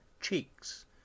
cheeks